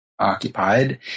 occupied